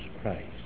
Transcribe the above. Christ